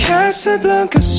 Casablanca